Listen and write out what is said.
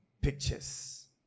pictures